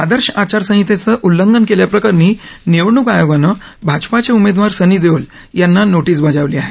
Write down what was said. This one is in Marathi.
आदर्श आचारसंहितेचं उल्लंघन केल्याप्रकरणी निवडणूक आयोगांन भाजपाचे उमेदवार सनी देओल यांना नोटीस बजावली आहे